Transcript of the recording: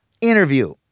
interview